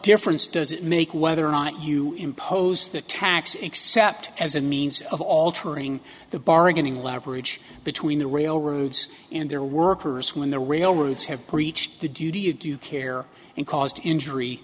difference does it make whether or not you impose the tax except as a means of altering the bargaining leverage between the railroads and their workers when the railroads have breached the duty of due care and caused injury